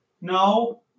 No